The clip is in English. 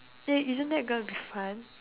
eh isn't that gonna be fun